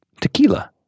Tequila